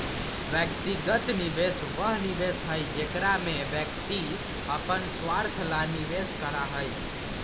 व्यक्तिगत निवेश वह निवेश हई जेकरा में व्यक्ति अपन स्वार्थ ला निवेश करा हई